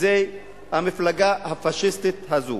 זה המפלגה הפאשיסטית הזאת.